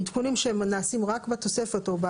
עדכונים שהם נעשים רק בתוספת או,